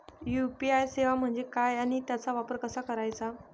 UPI सेवा म्हणजे काय आणि त्याचा वापर कसा करायचा?